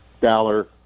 dollar